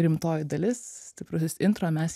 rimtoji dalis stiprusis intro mes